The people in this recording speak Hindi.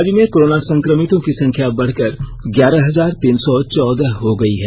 राज्य में कोरोना संक्रमितों की संख्या बढ़कर ग्यारह हजार तीन सौ चौदह हो गई है